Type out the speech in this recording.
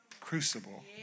crucible